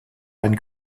ein